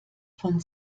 von